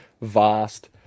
vast